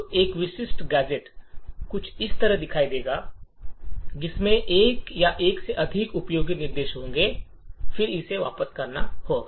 तो एक विशिष्ट गैजेट कुछ इस तरह दिखाई देगा इसमें एक या एक से अधिक उपयोगी निर्देश होंगे और फिर इसे वापस करना होगा